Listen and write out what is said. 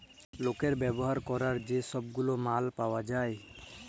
লকের ব্যাভার ক্যরার যে ছব গুলা মাল পাউয়া যায়